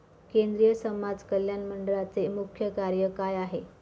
केंद्रिय समाज कल्याण मंडळाचे मुख्य कार्य काय आहे?